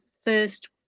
first